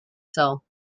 cell